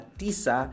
tisa